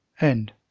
End